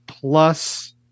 Plus